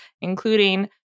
including